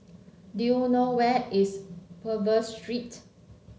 do you know where is Purvis Street